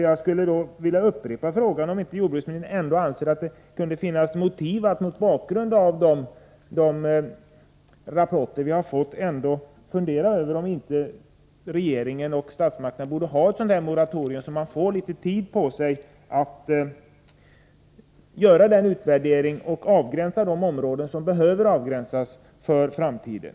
Jag skulle därför vilja upprepa frågan om jordbruksministern inte ändå anser att det kunde finnas motiv att mot bakgrund av de rapporter vi har fått fundera över om inte regeringen och statsmakterna borde införa ett moratorium, så att man får litet tid på sig att göra en utvärdering och avgränsa de områden som behöver avgränsas för framtiden.